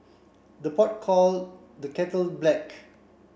the pot call the kettle black